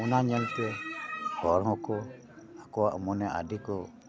ᱚᱱᱟ ᱧᱮᱞ ᱛᱮ ᱦᱚᱲ ᱦᱚᱸ ᱠᱚ ᱟᱠᱚᱣᱟᱜ ᱢᱚᱱᱮ ᱟᱹᱰᱤ ᱠᱚ